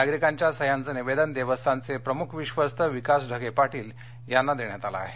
नागरिकांच्या सह्यांचे निवेदन देवस्थानचे प्रमुख विश्वशस्त विकास ढगे पाटील यांना देण्यात आले आहे